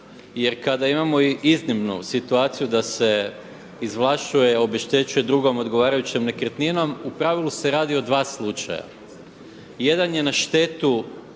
Jer kada imamo iznimnu situaciju da se izvlašćuje, obeštećuje drugom odgovarajućom nekretninom u pravilu se radi o dva slučaja. Jedan je na štetu